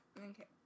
Okay